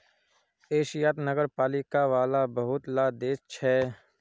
एशियात नगरपालिका वाला बहुत ला देश छे